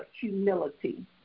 humility